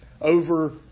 over